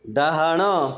ଡ଼ାହାଣ